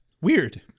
Weird